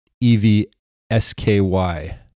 E-V-S-K-Y